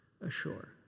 ashore